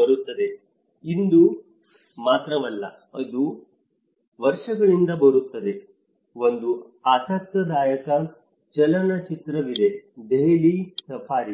ಬರುತ್ತಿದೆ ಅದು ಇಂದು ಮಾತ್ರವಲ್ಲ ಇದು ವರ್ಷಗಳಿಂದ ಬರುತ್ತಿದೆ ಒಂದು ಆಸಕ್ತಿದಾಯಕ ಚಲನಚಿತ್ರವಿದೆ ದೆಹಲಿ ಸಫಾರಿ